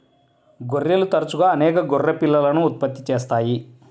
గొర్రెలు తరచుగా అనేక గొర్రె పిల్లలను ఉత్పత్తి చేస్తాయి